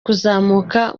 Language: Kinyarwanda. kuzamuka